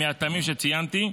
מהטעמים שציינתי,